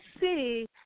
see